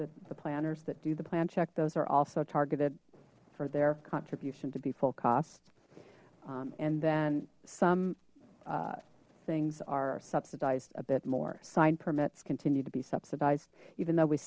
the planners that do the plan check those are also targeted for their contribution to be full cost and then some things are subsidized a bit more sign permits continue to be subsidized even though we